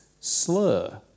Slur